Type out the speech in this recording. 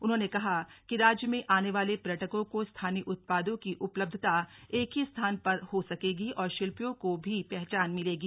उन्होंने कहा कि राज्य में आने वाले पर्यटकों को स्थानीय उत्पादों की उपलब्धता एक ही स्थान पर हो सकेगी और शिल्पियों को भी पहचान मिलेगी